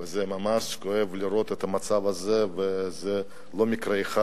זה ממש כואב לראות את המצב הזה וזה לא מקרה אחד.